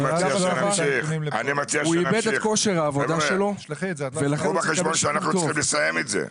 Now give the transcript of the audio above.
נפצע ואיבד את כושר העבודה שלו ולכן צריך לקבל שיקום טוב?